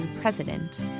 president